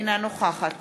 אינה נוכחת